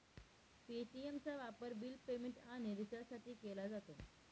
पे.टी.एमचा वापर bill payment आणि रिचार्जसाठी केला जातो